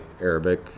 Arabic